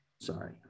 Sorry